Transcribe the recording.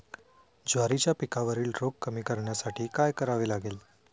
ज्वारीच्या पिकावरील रोग कमी करण्यासाठी काय करावे लागेल?